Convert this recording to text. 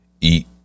eat